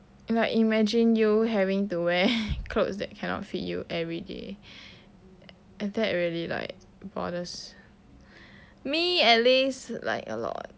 like imagine you having to wear clothes that cannot fit you everyday that really like bothers me at least like a lot